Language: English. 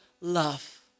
love